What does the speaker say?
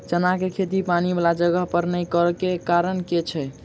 चना केँ खेती पानि वला जगह पर नै करऽ केँ के कारण छै?